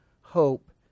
hope